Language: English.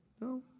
No